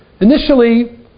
Initially